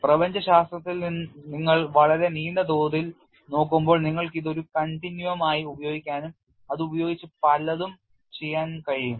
പ്രപഞ്ചശാസ്ത്രത്തിൽ നിങ്ങൾ വളരെ നീണ്ട തോതിൽ നോക്കുമ്പോൾ നിങ്ങൾക്ക് ഇത് ഒരു continuum ആയി ഉപയോഗിക്കാനും അത് ഉപയോഗിച്ച് പലതും ചെയ്യാൻ കഴിയും